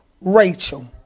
Rachel